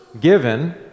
given